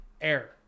air